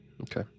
Okay